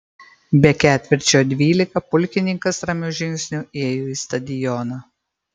be ketvirčio dvyliktą pulkininkas ramiu žingsniu ėjo į stadioną